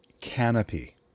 Canopy